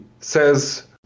says